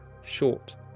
short